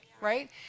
right